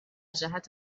جهت